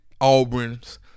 auburn's